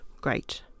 great